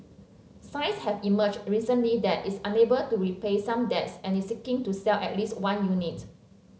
signs have emerged recently that it's unable to repay some debts and is seeking to sell at least one unit